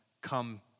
come